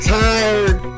tired